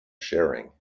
sharing